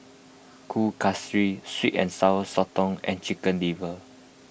Kueh Kasturi Sweet and Sour Sotong and Chicken Liver